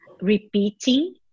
repeating